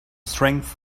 strength